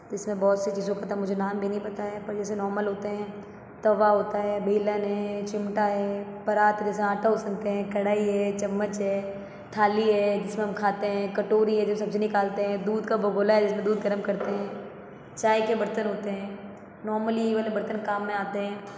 इसमें बहुत सी चीज़ो का तो मुझे नाम भी नहीं पता है पर जैसे नॉर्मल होते हैं तवा होता है बेलन है चिमटा है परात जैसे आटा उसलते हैं कढ़ाई है चम्मच है थाली है जिसमें हम खाते हैं कटोरी है जिसमें सब्ज़ी निकालते हैं दूध का भगोना है जिसमें दूध गरम करते हैं चाय के बर्तन होते हैं नॉर्मली ये वाले बर्तन काम में आते हैं